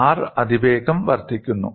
R അതിവേഗം വർദ്ധിക്കുന്നു